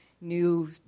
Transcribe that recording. New